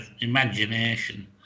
imagination